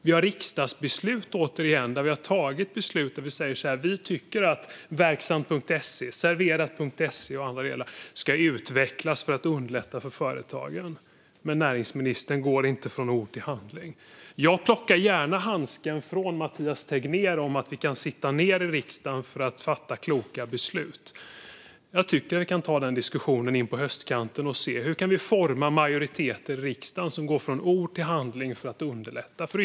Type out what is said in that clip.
Vi har, återigen, riksdagsbeslut där vi säger att vi tycker att Verksamt.se med projektet Serverat och andra delar ska utvecklas för att underlätta för företagen. Men näringsministern går inte från ord till handling. Jag plockar gärna upp handsken från Mathias Tegnér om att vi kan sitta ned i riksdagen för att fatta kloka beslut. Jag tycker att vi kan ta den diskussionen på höstkanten och se hur vi kan forma majoriteter i riksdagen och gå från ord till handling för att underlätta.